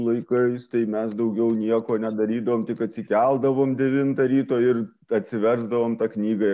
laikais tai mes daugiau nieko nedarydavom tik atsikeldavom devintą ryto ir atsiversdavom tą knygą